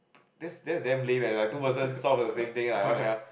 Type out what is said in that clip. that's that's damn lame leh like two person solve the same thing like what the hell